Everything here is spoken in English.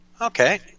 Okay